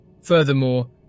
Furthermore